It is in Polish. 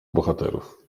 bohaterów